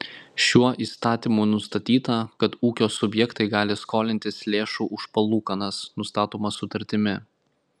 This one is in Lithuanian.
šiuo įstatymu nustatyta kad ūkio subjektai gali skolintis lėšų už palūkanas nustatomas sutartimi